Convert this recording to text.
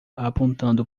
apontando